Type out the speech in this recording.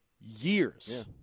years